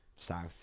South